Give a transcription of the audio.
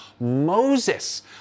Moses